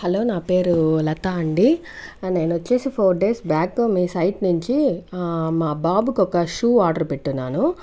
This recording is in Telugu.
హలో నా పేరు లతా అండి నేను వచ్చేసి ఫోర్ డేస్ బ్యాకు మీ సైట్ నుంచి మా బాబుకి ఒక షూ ఆర్డర్ పెట్టున్నాను